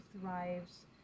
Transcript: thrives